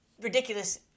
ridiculous